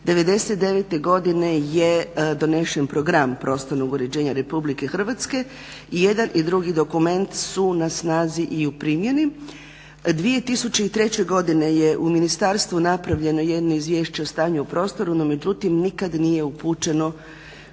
99. godine je donesen program prostornog uređenja RH. Jedan i drugi dokument su na snazi i u primjeni. 2003. godine je u ministarstvu napravljeno jedno izvješće o stanju u prostoru, no međutim nikad nije upućeno